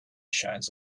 shines